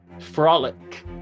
frolic